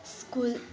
school